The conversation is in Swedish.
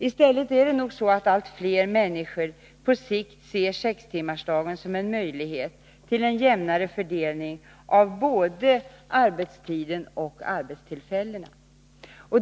I stället är det nog så att allt fler människor på sikt ser sextimmarsdagen som en möjlighet till en jämnare fördelning av både arbetstiden och arbetstillfällena.